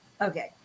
Okay